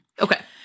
Okay